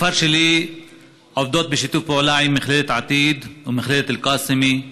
בכפר שלי עובדים בשיתוף פעולה עם מכללת עתיד ומכללת אלקאסמי,